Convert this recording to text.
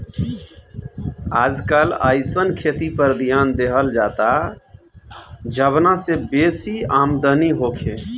आजकल अइसन खेती पर ध्यान देहल जाता जवना से बेसी आमदनी होखे